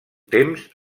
temps